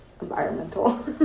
environmental